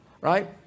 right